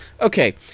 okay